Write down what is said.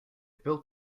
built